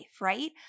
right